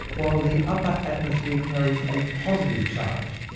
while the upper atmosphere carries a positive charge.